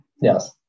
Yes